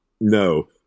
No